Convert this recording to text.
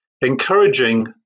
encouraging